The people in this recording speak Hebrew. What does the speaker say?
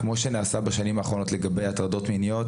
כמו שנעשה בשנים האחרונות לגבי הטרדות מיניות,